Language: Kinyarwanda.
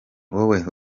wowe